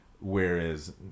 whereas